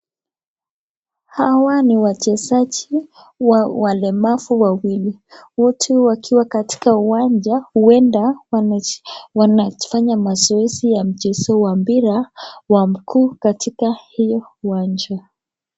Hawa ni wachezaji, walemavu wawili wote wakiwa katika uwanja huenda wazifanya mazoezi ya mchezo wa mpira wa mguu katika hiyo uwanja.